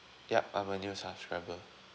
yup I'm a new subscriber